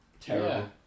terrible